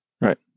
right